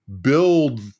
build